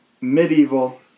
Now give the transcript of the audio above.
medieval